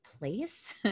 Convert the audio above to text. place